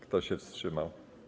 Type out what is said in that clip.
Kto się wstrzymał?